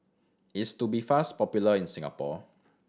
is Tubifast popular in Singapore